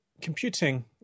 Computing